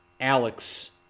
Alex